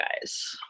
guys